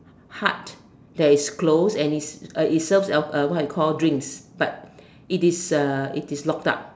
hut that is closed and is uh it serves alco~ what you call drinks but it is uh it is locked up